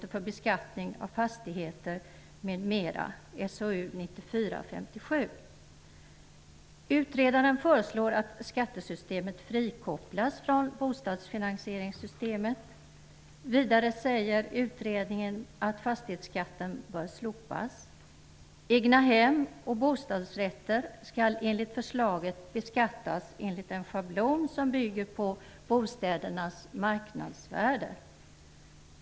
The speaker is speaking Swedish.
För några veckor sedan lämnade Utredaren föreslår att skattesystemet frikopplas från bostadsfinansieringssystemet. Vidare säger utredningen att fastighetsskatten bör slopas. Egnahem och bostadsrätter skall enligt förslaget beskattas enligt en schablon som bygger på bostädernas marknadsvärde.